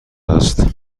است